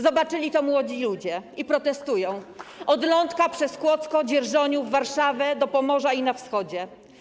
Zobaczyli to młodzi ludzie i protestują od Lądka przez Kłodzko, Dzierżoniów, Warszawę do Pomorza i na wschodzie.